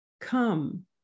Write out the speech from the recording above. Come